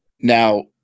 Now